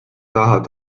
tahad